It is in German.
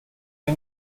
der